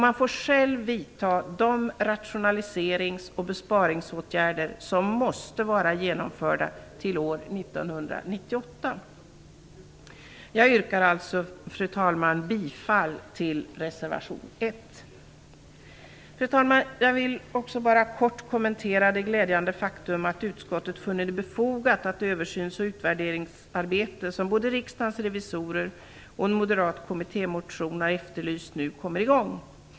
Man får själv vidta de rationaliserings och besparingsåtgärder som måste vara genomförda till år 1998. Jag yrkar alltså, fru talman, bifall till reservation 1. Fru talman! Jag vill också bara kort kommentera det glädjande faktum att utskottet funnit det befogat att det översyns och utvärderingsarbete som efterlysts både av Riksdagens revisorer och i en moderat kommittémotion nu kommer i gång.